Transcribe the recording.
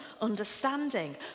understanding